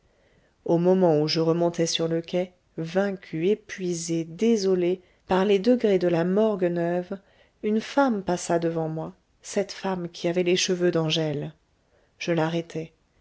au moment où je remontais sur le quai vaincu épuisé désolé par les degrés de la morgue neuve une femme passa devant moi cette femme qui avait les cheveux d'angèle je l'arrêtai